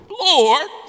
Lord